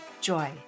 joy